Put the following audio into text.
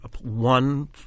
one